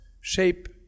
shape